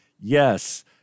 Yes